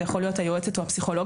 זה יכול להיות היועצת או הפסיכולוגית.